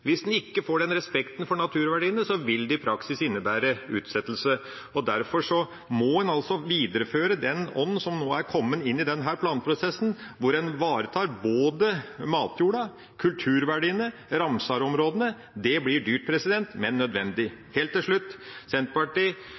Hvis en ikke får den respekten for naturverdiene, vil det i praksis innebære utsettelse. Derfor må en altså videreføre den ånd som nå er kommet inn i denne planprosessen, hvor en ivaretar både matjorda, kulturverdiene og Ramsar-områdene. Det blir dyrt, men det er nødvendig. Helt til slutt: